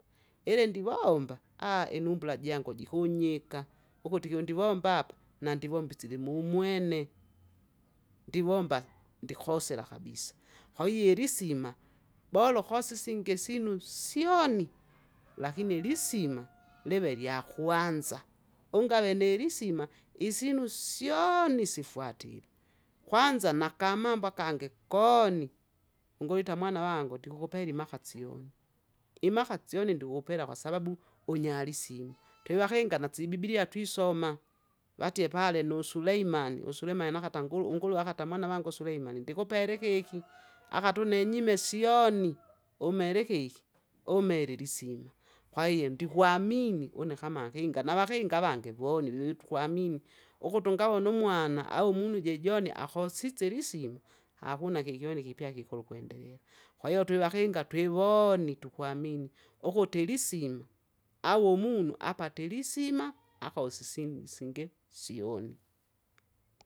Ili ndivomba inumbula jango jikunyika, ukuti kyondivomba apa? nandivombe isilimumwene. Ndivombake, ndikosela kabisa, kwahiyo ilisima, bora ukose isingi sinu nsyoni lakini ilsisima, live lyakwanza, ungave nilisima isinu syooni!sifwatile. Kwanza nakamambo akange kooni, nguita mwana vangu ndikukupeli makasyoni, imaka syoni ndikukupela kwasababu, unyalisina, twivakinga nasibibilia twisoma, watie pale nu- Suleimani u- Suleimani nakata nguru unguru akata mwana vangu Suleimani ndikupele ikeki, akati ine inyime syoni, umele ikeki, umele ilisima. Kwahiyo ndikwamini une kama inkinga, navakinga aavange voni viwiwi tukwamini ukuti ungawone umwana, au umunu jijoni akosilsili isima akuna kikyonin kipya kukolo ukwendelela. Kwahiyo twivakinga twivooni tukwamini, ukuti ilisima, au umunu apatile ilisima akosise isi singe syoni.